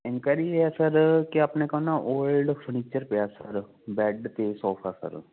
enquiry ਇਹ ਹੈ sir ਕਿ ਆਪਣੇ ਕੋਲ ਨਾ ਓਲਡ ਫਰਨੀਚਰ ਪਿਆ ਸਰ ਬੈੱਡ ਤੇ ਸੋਫਾ ਸਰ